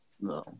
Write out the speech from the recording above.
No